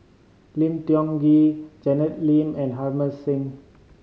Lim Tiong Ghee Janet Lim and Harbans Singh